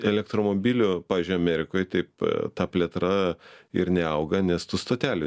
elektromobilių pavyzdžiui amerikoj taip ta plėtra ir neauga nes tu stotelių